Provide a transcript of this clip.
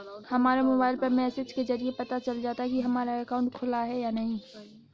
हमारे मोबाइल पर मैसेज के जरिये पता चल जाता है हमारा अकाउंट खुला है या नहीं